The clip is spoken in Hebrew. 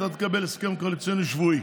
אתה תקבל הסכם קואליציוני שבועי.